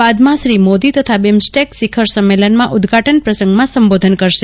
બાદમાં શ્રી મોદી તથા લિમસ્ટેક શિખર સંમેલનમાં ઉદઘાટન પ્રસંગમાં સંબોધન કરશે